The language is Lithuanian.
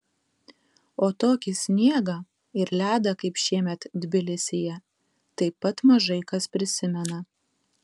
o tokį sniegą ir ledą kaip šiemet tbilisyje taip pat mažai kas prisimena